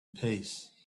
peace